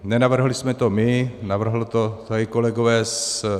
Nenavrhli jsme to my, navrhli to tady kolegové z SPD.